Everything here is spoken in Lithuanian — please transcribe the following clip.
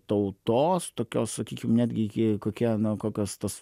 tautos tokios sakykim netgi iki kokie nu kokios tos